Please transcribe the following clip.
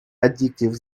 addictive